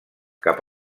cap